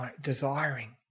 desiring